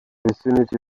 vicinity